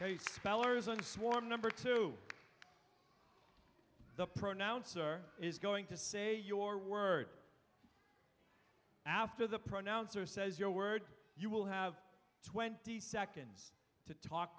hates spellers and swarm number two the pronouncer is going to say your word after the pronouncer says your word you will have twenty seconds to talk